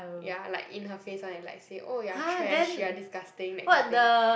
ya like in her face [one] and like say oh you are trash you are disgusting that kind of thing